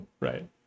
Right